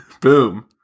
boom